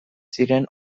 ziren